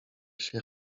się